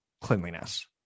cleanliness